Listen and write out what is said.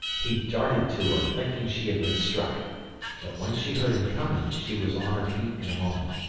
he darted to her, thinking she had been struck but when she heard him coming, she was on her feet in a moment.